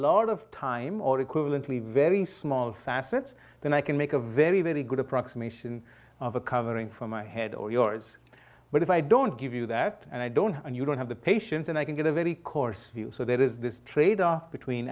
lot of time or equivalently very small facets then i can make a very very good approximation of a covering for my head or yours but if i don't give you that and i don't and you don't have the patience and i can get a very coarse view so there is this trade off between